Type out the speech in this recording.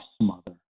mother